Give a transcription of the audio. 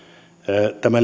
tämä